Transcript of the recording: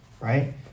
right